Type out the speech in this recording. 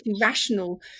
rational